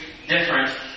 different